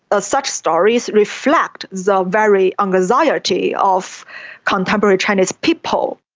ah such stories reflect the very anxiety of contemporary chinese people.